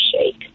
shake